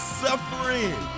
suffering